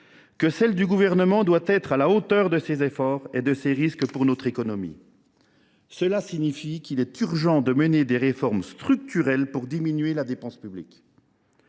qu’assume le Gouvernement doit être à la hauteur de ces efforts et des risques qui pèsent sur notre économie. Cela signifie qu’il est urgent de mener des réformes structurelles pour diminuer la dépense publique.